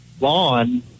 lawn